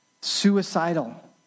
suicidal